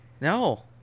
no